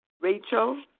Rachel